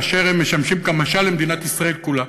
כאשר הם משמשים כמשל למדינת ישראל כולה,